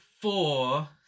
four